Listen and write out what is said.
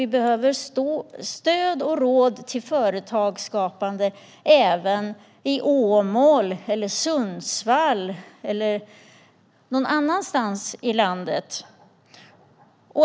Vi behöver stöd och råd till företagsskapande även i Åmål, i Sundsvall eller någon annanstans i landet.